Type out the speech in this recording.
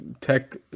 tech